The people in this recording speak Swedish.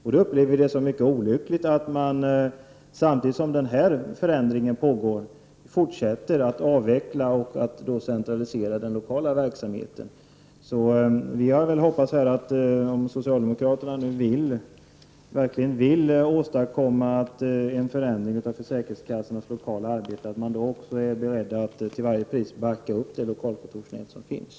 Vi upplever det som mycket olyckligt att man samtidigt som den förändringen pågår fortsätter att avveckla och centralisera den lokala verksamheten. Vi hoppas att socialdemokraterna, om de verkligen vill åstadkomma en förändring av försäkringskassornas lokala arbete, också är beredda att backa upp det lokalkontorsnät som finns.